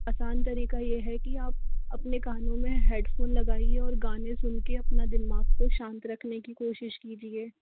आसान तरीका ये है कि आप अपने कानों में हेडफ़ोन लगाइए और गाने सुन के अपना दिमाग को शांत रखने की कोशिश कीजिये